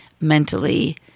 mentally